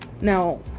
Now